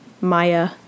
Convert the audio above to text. Maya